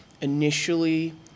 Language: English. initially